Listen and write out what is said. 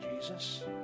Jesus